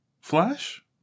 Flash